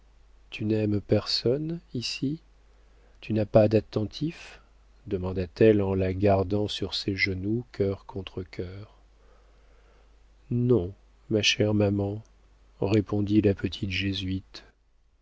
tu n'aimes personne ici tu n'as pas d'attentif demanda-t-elle en la gardant sur ses genoux cœur contre cœur non ma chère maman répondit la petite jésuite